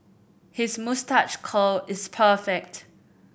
his moustache curl is perfect